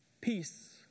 Peace